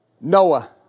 Noah